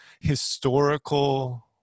historical